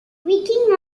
viking